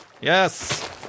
Yes